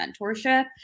mentorship